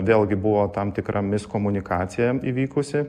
vėlgi buvo tam tikra miskomunikacija įvykusi